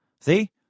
See